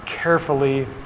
carefully